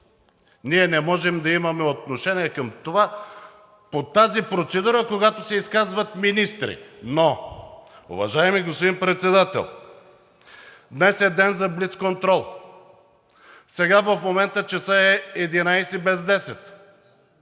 Ние не можем да имаме отношение към това, по тази процедура, когато се изказват министри. Но, уважаеми господин Председател, днес е ден за блицконтрол. В момента часът е 11 без 10.